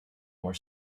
were